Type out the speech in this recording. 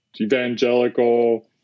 evangelical